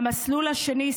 המסלול השני,